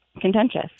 contentious